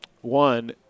One